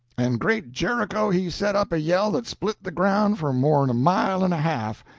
and great jericho! he set up a yell that split the ground for more'n a mile and a half,